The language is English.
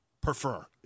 Prefer